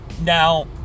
Now